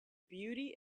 beauty